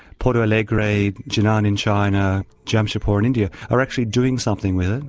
porto alegre, jinan in china, jamshedpur in india, are actually doing something with it,